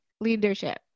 leadership